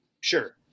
Sure